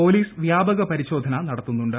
police വ്യാപക പരിശോധന നടത്തുന്നുണ്ട്